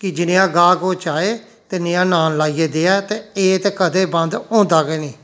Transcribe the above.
कि जनेहा गाह्क ओह् चाहे ते नेहा नान लाई देऐ ते एह् ते कदें बंद होंदा गै निं